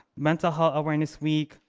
mental health awareness week,